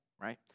right